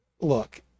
Look